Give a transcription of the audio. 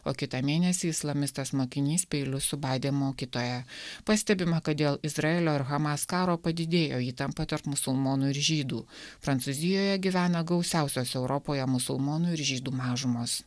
o kitą mėnesį islamistas mokinys peiliu subadė mokytoją pastebima kad dėl izraelio ir hamas karo padidėjo įtampa tarp musulmonų ir žydų prancūzijoje gyvena gausiausios europoje musulmonų ir žydų mažumos